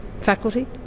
faculty